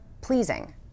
pleasing